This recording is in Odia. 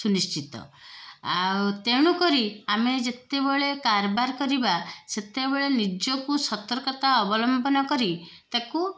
ସୁନିଶ୍ଚିତ ଆଉ ତେଣୁକରି ଆମେ ଯେତେବେଳେ କାରବାର କରିବା ସେତେବେଳେ ନିଜକୁ ସତର୍କତା ଅବଲମ୍ବନ କରି ତାକୁ